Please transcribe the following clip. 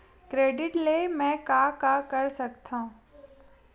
Credit ले मैं का का कर सकत हंव?